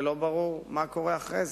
ולא ברור מה קורה אחרי זה.